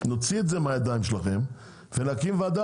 נוציא את זה מהידיים שלכם ונקים וועדה